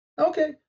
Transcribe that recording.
Okay